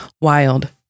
wild